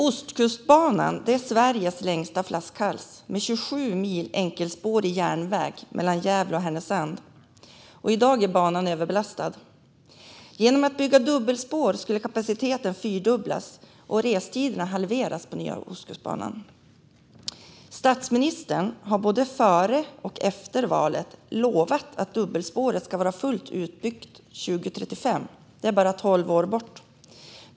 Ostkustbanan är Sveriges längsta flaskhals med 27 mil enkelspårig järnväg mellan Gävle och Härnösand, och i dag är banan överbelastad. Genom att bygga dubbelspår skulle man fyrdubbla kapaciteten och halvera restiderna på nya Ostkustbanan. Statsministern har både före och efter valet lovat att dubbelspåret ska vara fullt utbyggt 2035; det är bara tolv år bort.